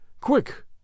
Quick